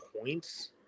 points